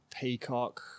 Peacock